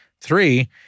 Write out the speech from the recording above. Three